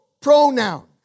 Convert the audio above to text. pronoun